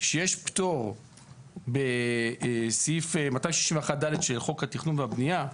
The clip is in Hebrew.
שיש פטור בסעיף 261(ד) של חוק התכנון והבנייה,